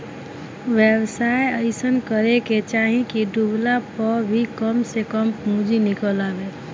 व्यवसाय अइसन करे के चाही की डूबला पअ भी कम से कम पूंजी निकल आवे